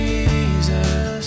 Jesus